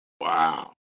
Wow